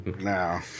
Now